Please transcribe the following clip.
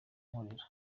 nkorera